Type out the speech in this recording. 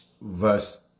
verse